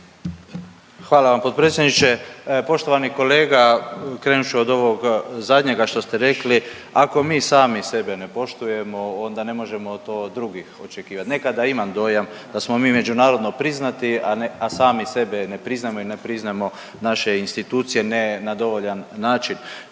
Hvala vam potpredsjedniče. Poštovani kolega, krenut ću od ovog zadnjega što ste rekli, ako mi sami sebe ne poštujemo, onda ne možemo to od drugih očekivati. Nekada imam dojam da smo mi međunarodno priznati, a sami sebe ne priznamo i ne priznamo naše institucije, ne na dovoljan način.